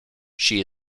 she